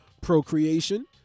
procreation